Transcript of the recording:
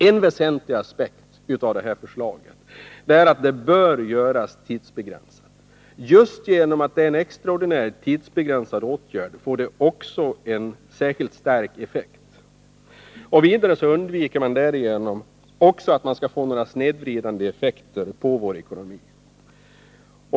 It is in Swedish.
En väsentlig aspekt på detta förslag är att det bör göras tidsbegränsat. Just genom att det är en extraordinär, tidsbegränsad åtgärd får den också särskilt stark effekt. Vidare undviker man därigenom också snedvridande effekter på vår ekonomi.